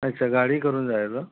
अच्छा गाडी करून जायचं